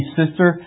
sister